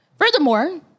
Furthermore